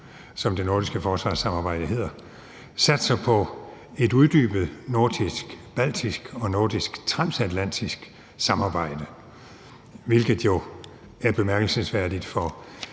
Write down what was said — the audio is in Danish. som det nordiske forsvarssamarbejde hedder, satser på et uddybet nordisk-baltisk og nordisk-transatlantisk samarbejde, hvilket er bemærkelsesværdigt, for